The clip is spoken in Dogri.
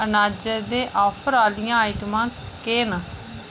अनाजै दे ऑफर आह्लियां आइटमां केह् न